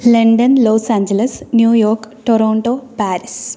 London Los Angeles New York Toronto Paris